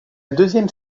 deuxième